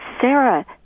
Sarah